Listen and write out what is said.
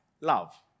love